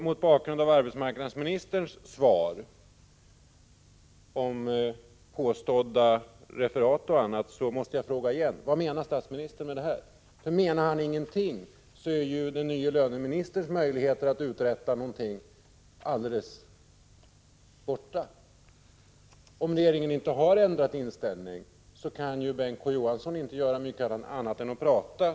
Mot bakgrund av arbetsmarknadsministerns svar om påstådda referat och annat måste jag fråga igen: Vad menar statsministern med det här? Menar han ingenting, är ju den nye löneministerns möjligheter att uträtta någonting alldeles borta. Om regeringen inte har ändrat inställning, kan ju Bengt K. Å. Johansson inte göra mycket annat än att prata.